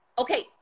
Okay